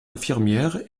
infirmière